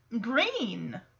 green